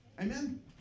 Amen